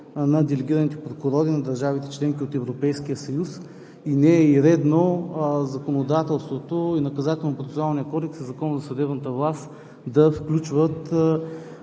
на делегираните прокурори на държавите – членки на Европейския съюз. Не е и редно законодателството – и Наказателно-процесуалният кодекс, и Законът за съдебната власт, да включват